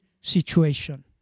situation